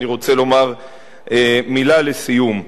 אני רוצה לומר מלה לסיום.